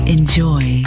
Enjoy